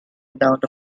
without